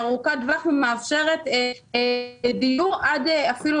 ארוכת טווח ומאפשרת דיור עד אפילו